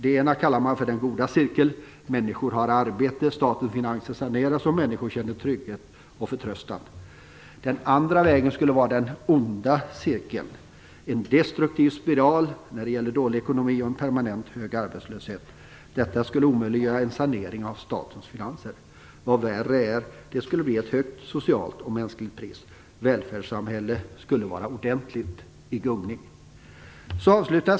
Det ena kallar man för den goda cirkeln: människor har arbete, statens finanser saneras och människor känner trygghet och förtröstan. Den andra vägen skulle vara den onda cirkeln: en destruktiv spiral när det gäller ekonomin och en permanent arbetslöshet. Detta skulle omöjliggöra en sanering av statens finanser. Vad värre är - det skulle ha ett högt socialt och mänskligt pris. Välfärdssamhället skulle vara i gungning ordentligt.